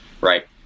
right